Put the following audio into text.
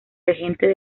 regente